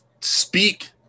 speak